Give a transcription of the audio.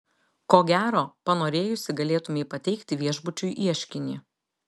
ko gero panorėjusi galėtumei pateikti viešbučiui ieškinį